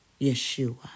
Yeshua